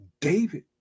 David